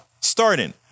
starting